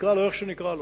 ונקרא לו איך שנקרא לו.